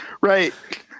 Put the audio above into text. Right